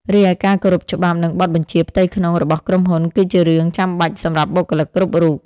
រីឯការគោរពច្បាប់ និងបទបញ្ជាផ្ទៃក្នុងរបស់ក្រុមហ៊ុន គឺជារឿងចាំបាច់សម្រាប់បុគ្គលិកគ្រប់រូប។